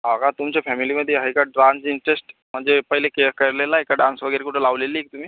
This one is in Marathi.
हा का तुमच्या फॅमिलीमध्ये हे का ड्रान इंटरेस्ट म्हणजे पहिले केल केलेला आहे का डान्स वगैरे कुठं लावलेली आहे तुम्ही